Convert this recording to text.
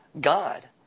God